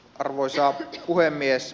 arvoisa puhemies